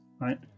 right